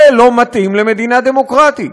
זה לא מתאים למדינה דמוקרטית.